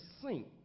sink